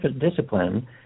discipline